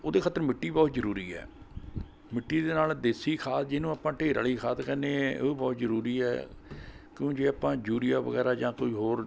ਉਹਦੇ ਖ਼ਾਤਰ ਮਿੱਟੀ ਬਹੁਤ ਜ਼ਰੂਰੀ ਹੈ ਮਿੱਟੀ ਦੇ ਨਾਲ਼ ਦੇਸੀ ਖਾਦ ਜਿਹਨੂੰ ਆਪਾਂ ਢੇਰ ਵਾਲੀ ਖਾਦ ਕਹਿੰਦੇ ਹਾਂ ਉਹ ਬਹੁਤ ਜ਼ਰੂਰੀ ਹੈ ਕਿਉਂ ਜੇ ਆਪਾਂ ਯੂਰੀਆ ਵਗੈਰਾ ਜਾਂ ਕੋਈ ਹੋਰ